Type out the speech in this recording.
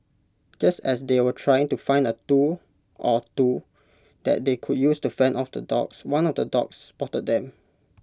just as they were trying to find A tool or two that they could use to fend off the dogs one of the dogs spotted them